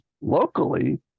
locally